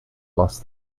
lost